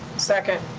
second.